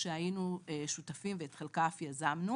שהיינו שותפים ואת חלקה אף יזמנו